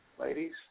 ladies